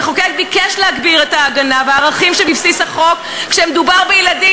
המחוקק ביקש להגביר את ההגנה והערכים שבבסיס החוק כשמדובר בילדים,